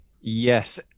Yes